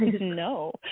no